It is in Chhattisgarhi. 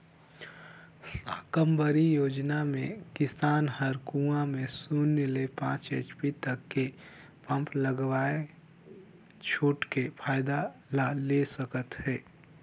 साकम्बरी योजना मे किसान हर कुंवा में सून्य ले पाँच एच.पी तक के पम्प लगवायके छूट के फायदा ला ले सकत है